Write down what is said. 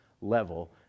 level